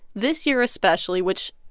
this year especially, which,